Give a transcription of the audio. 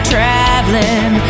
Traveling